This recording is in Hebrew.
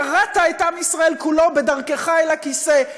קרעת את עם ישראל כולו בדרכך אל הכיסא,